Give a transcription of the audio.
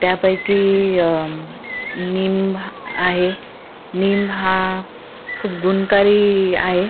त्यापैकी निंब आहे निंब हा खूप गुणकारी आहे